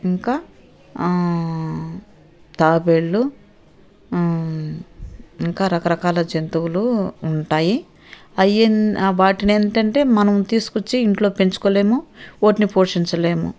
ఇంకా తాబేళ్ళు ఇంకా రకరకాల జంతువులు ఉంటాయి అయ్యెంద్ వాటిని ఏంటంటే మనం తీసుకు వచ్చి ఇంట్లో పెంచుకోలేము వాటిని పోషించలేము